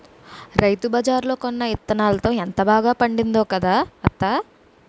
రైతుబజార్లో కొన్న యిత్తనాలతో ఎంత బాగా పండిందో కదా అత్తా?